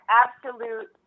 absolute